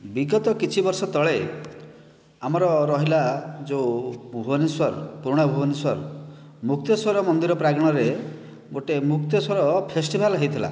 ବିଗତ କିଛିବର୍ଷ ତଳେ ଆମର ରହିଲା ଯେଉଁ ଭୁବନେଶ୍ୱର ପୁରୁଣା ଭୁବନେଶ୍ୱର ମୁକ୍ତେଶ୍ଵର ମନ୍ଦିର ପ୍ରାଙ୍ଗଣରେ ଗୋଟିଏ ମୁକ୍ତେଶ୍ଵର ଫେଷ୍ଟିଭାଲ୍ ହୋଇଥିଲା